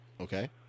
Okay